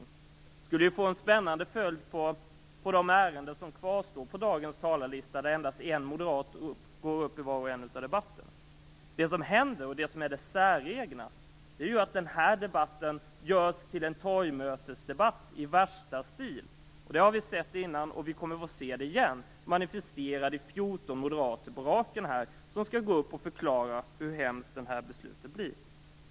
Det skulle få en spännande följd på de ärenden som kvarstår på dagens talarlista där endast en moderat går upp i var och en av debatterna. Det säregna är att denna debatt görs till en torgmötesdebatt i värsta stil. Det har vi sett tidigare, och det kommer vi att se igen - manifesterat i 14 moderater som skall gå upp i talarstolen och förklara hur hemskt beslutet skall bli.